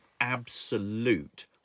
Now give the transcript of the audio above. absolute